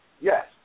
yes